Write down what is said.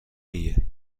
ایه